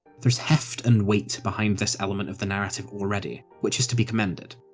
there's heft and weight behind this element of the narrative already, which is to be commended.